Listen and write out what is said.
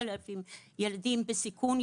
ילדים בסיכון,